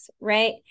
Right